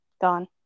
gone